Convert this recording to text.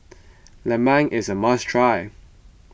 Lemang is a must try